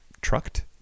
trucked